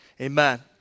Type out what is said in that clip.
Amen